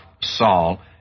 Saul